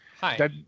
Hi